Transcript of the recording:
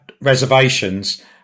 reservations